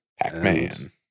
Pac-Man